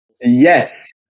Yes